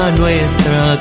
nuestra